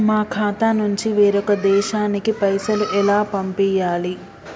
మా ఖాతా నుంచి వేరొక దేశానికి పైసలు ఎలా పంపియ్యాలి?